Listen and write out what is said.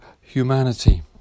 humanity